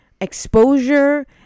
exposure